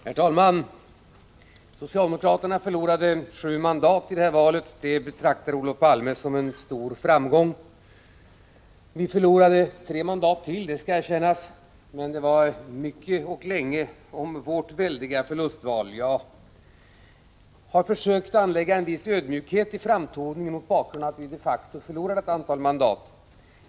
Herr talman! Socialdemokraterna förlorade sju mandat i valet. Det betraktar Olof Palme som en stor framgång. Vi förlorade tre mandat, det skall erkännas, men det var mycket och länge om vårt väldiga förlustval. Jag har försökt anlägga en viss ödmjukhet i framtoningen mot bakgrund av att vi de facto förlorade ett antal mandat.